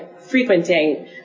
frequenting